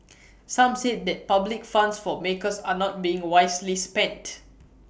some said that public funds for makers are not being wisely spent